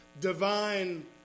divine